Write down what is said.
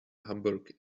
hamburg